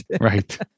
Right